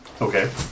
Okay